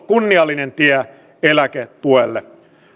kunniallinen tie eläketuelle